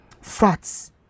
fats